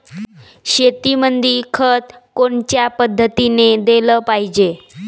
शेतीमंदी खत कोनच्या पद्धतीने देलं पाहिजे?